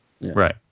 right